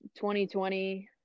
2020